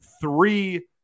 three